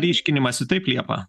ryškinimąsi taip liepa